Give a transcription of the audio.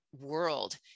world